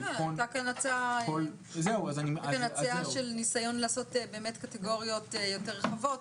הייתה הצעה של ניסיון לעשות קטגוריות יותר רחבות,